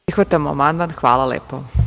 Prihvatamo amandman, hvala lepo.